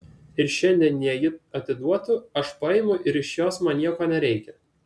ir šiandien jei ji atiduotų aš paimu ir iš jos man nieko nereikia